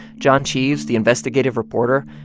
john cheves, the investigative reporter,